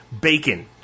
Bacon